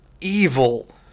evil